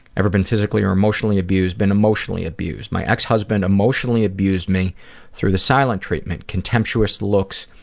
ever been physically or emotionally abused been emotionally abused. my ex-husband emotionally abused me through the silent treatment, contemptuous looks,